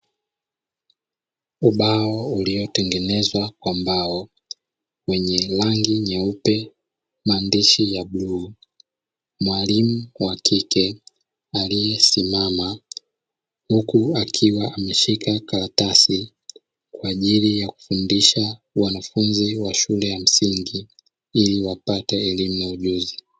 Ubao uliotengenezwa kwa mbao wenye rangi nyeupe maandishi ya bluu, mwalimu wa kike aliyesimama huku akiwa ameshika karatasi, kwa ajili ya kufundisha wanafunzi wa shule ya msingi ili wapate elimu na ujuzi.